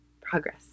progress